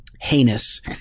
heinous